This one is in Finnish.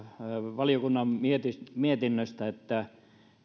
valiokunnan mietinnöstä mietinnöstä että